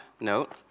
note